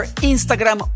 Instagram